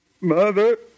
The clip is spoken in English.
Mother